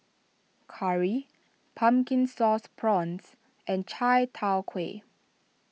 Curry Pumpkin Sauce Prawns and Chai Tow Kway